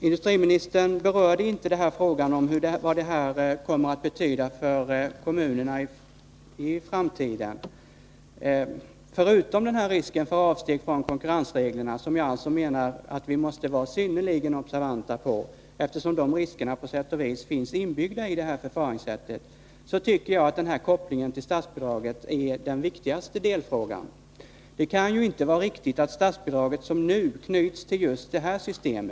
Industriministern berörde inte frågan om vad detta kommer att betyda för kommunerna i framtiden. Förutom risken för avsteg från konkurrensreglerna — vilket jag alltså menar att vi måste vara synnerligen observanta på, eftersom de riskerna på sätt och vis finns inbyggda i detta förfaringssätt — tycker jag att den här kopplingen till statsbidraget är den viktigaste delfrågan. Det kan ju inte vara riktigt att statsbidraget nu knyts till just detta system.